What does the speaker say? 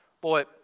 Boy